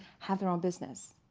have their own business?